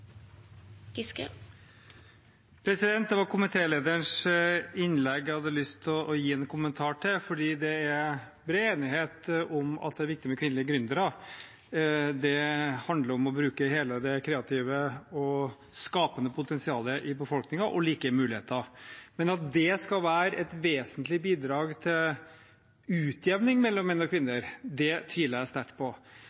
Det var komitélederens innlegg jeg hadde lyst til å gi en kommentar til, for det er bred enighet om at det er viktig med kvinnelige gründere. Det handler om å bruke hele det kreative og skapende potensialet i befolkningen og om like muligheter. Men at det skal være et vesentlig bidrag til utjevning mellom menn og